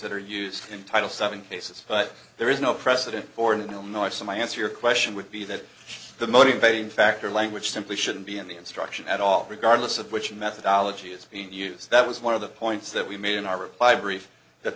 that are used in title seven cases but there is no precedent for an all nighter so my answer your question would be that the motivating factor language simply shouldn't be in the instruction at all regardless of which methodology is being used that was one of the points that we made in our reply brief